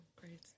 great